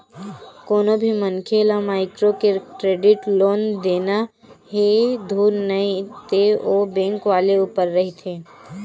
कोनो भी मनखे ल माइक्रो क्रेडिट लोन देना हे धुन नइ ते ओ बेंक वाले ऊपर रहिथे